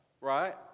right